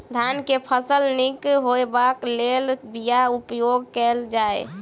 धान केँ फसल निक होब लेल केँ बीया उपयोग कैल जाय?